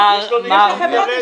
יש לו ניגוד אינטרסים.